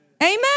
Amen